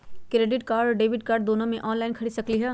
Credit card और debit card दोनों से ऑनलाइन खरीद सकली ह?